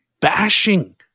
bashing